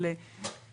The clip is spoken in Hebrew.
אסור לקפוץ מאפס למאה.